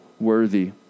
worthy